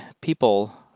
people